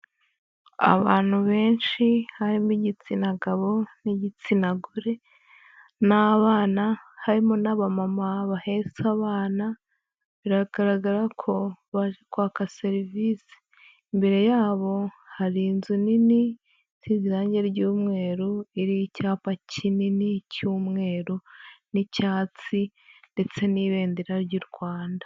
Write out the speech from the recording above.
Abantu benshi, harimo igitsina gabo n'igitsina gore, n'abana harimo n'aba mama bahetse abana, biragaragara ko bari kwaka serivisi, imbere yabo hari inzu nini z'izirangi ry'umweru, iri icyapa kinini cy'umweru, n'icyatsi ndetse n'ibendera ry'u Rwanda.